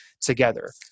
together